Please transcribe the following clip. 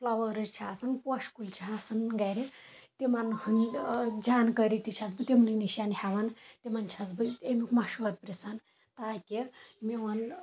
flowers چھِ آسان پوشہٕ کُلۍ چھِ آسَان گرِ تِمن ہٕنٛدۍ جانٛکٲری تہِ چھَس بہٕ تِمنے نَشن ہیٚوان تِمن چھَس بہٕ اَمیُک مشور پرژھان تاکہِ میون